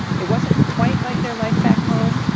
it wasn't quite like their life back home,